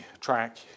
track